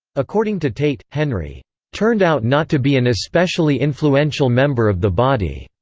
according to tate, henry turned out not to be an especially influential member of the body.